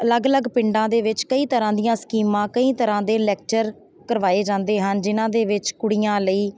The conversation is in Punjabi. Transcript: ਅਲੱਗ ਅਲੱਗ ਪਿੰਡਾਂ ਦੇ ਵਿੱਚ ਕਈ ਤਰ੍ਹਾਂ ਦੀਆਂ ਸਕੀਮਾਂ ਕਈ ਤਰ੍ਹਾਂ ਦੇ ਲੈਕਚਰ ਕਰਵਾਏ ਜਾਂਦੇ ਹਨ ਜਿਨਾਂ ਦੇ ਵਿੱਚ ਕੁੜੀਆਂ ਲਈ